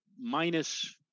minus